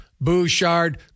Bouchard